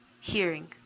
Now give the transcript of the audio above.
hearing